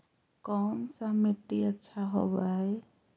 कोन सा मिट्टी अच्छा होबहय?